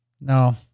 No